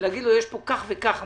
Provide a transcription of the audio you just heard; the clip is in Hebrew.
לומר לו: יש כך וכך עמותות.